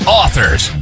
authors